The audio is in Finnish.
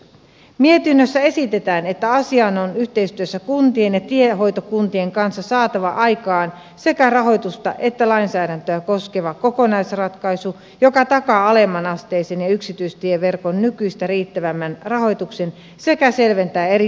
mietinnössä esitetään että asiaan on yhteistyössä kuntien ja tiehoitokuntien kanssa saatava aikaan sekä rahoitusta että lainsäädäntöä koskeva kokonaisratkaisu joka takaa alemmanasteisen ja yksityistieverkon nykyistä riittävämmän rahoituksen sekä selventää eri tahojen vastuita